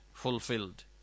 Fulfilled